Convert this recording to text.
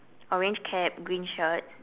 orange cap green shirt